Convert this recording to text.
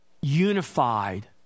unified